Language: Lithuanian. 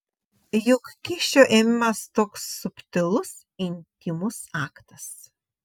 juk kyšio ėmimas toks subtilus intymus aktas